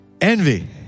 envy